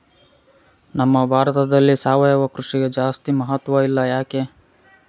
ನಮ್ಮ ಭಾರತದಲ್ಲಿ ಸಾವಯವ ಕೃಷಿಗೆ ಜಾಸ್ತಿ ಮಹತ್ವ ಇಲ್ಲ ಯಾಕೆ?